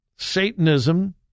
Satanism